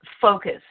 focus